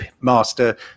master